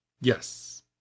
Yes